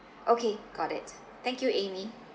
okay got it thank you amy